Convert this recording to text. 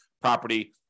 property